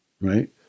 right